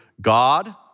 God